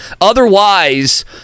Otherwise